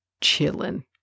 chilling